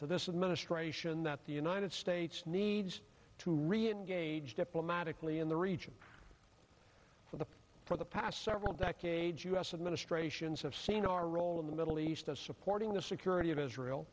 to this is ministration that the united states needs to reengage diplomatically in the region for the for the past several decades u s administrations have seen our role in the middle east as supporting the security of israel